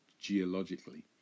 geologically